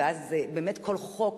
ואז באמת כל חוק,